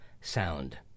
sound